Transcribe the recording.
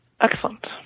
Excellent